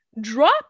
drop